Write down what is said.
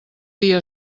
dia